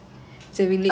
ah okay